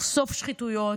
לחשוף שחיתויות.